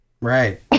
Right